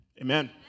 amen